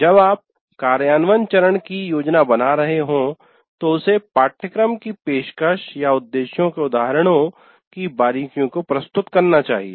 जब आप कार्यान्वयन चरण की योजना बना रहे हों तो उसे पाठ्यक्रम की पेशकशउद्देश्यों के उदाहरणों की बारीकियों को प्रस्तुत करना चाहिए